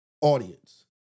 audience